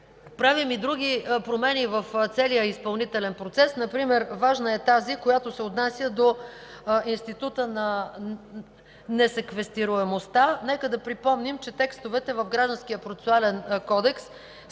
Правим и други промени в целия изпълнителен процес. Например важна е тази, отнасяща се до института на несеквестируемостта. Нека припомним, че текстовете в Гражданския процесуален кодекс са